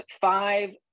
five